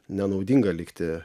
nenaudinga likti